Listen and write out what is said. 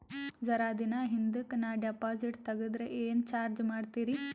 ಜರ ದಿನ ಹಿಂದಕ ನಾ ಡಿಪಾಜಿಟ್ ತಗದ್ರ ಏನ ಚಾರ್ಜ ಮಾಡ್ತೀರಿ?